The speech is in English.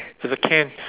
it's a can